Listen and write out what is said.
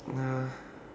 ya